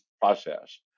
process